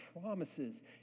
promises